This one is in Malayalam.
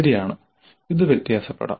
ശരിയാണ് ഇത് വ്യത്യാസപ്പെടാം